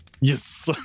Yes